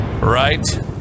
right